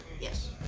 Yes